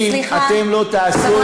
ואם אתם לא תעשו את זה, סליחה.